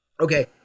Okay